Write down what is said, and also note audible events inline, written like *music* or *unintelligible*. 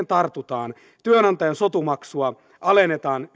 *unintelligible* tartutaan työnantajan sotu maksua alennetaan